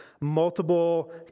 multiple